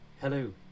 Hello